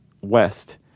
west